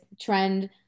trend